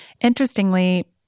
Interestingly